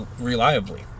reliably